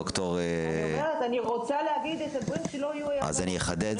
אני אומרת שאני רוצה להגיד את הדברים שלא יהיו אי הבנות.